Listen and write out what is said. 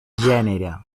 gènere